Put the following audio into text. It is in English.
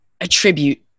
attribute